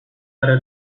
para